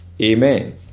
amen